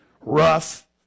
rough